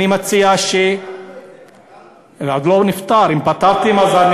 אני מציע פתרנו את זה, פתרנו את זה.